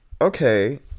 okay